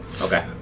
Okay